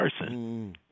person